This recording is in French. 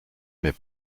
mais